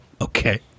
okay